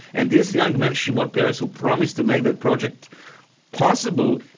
and this young man, shimon peres, who promised to make that project possible,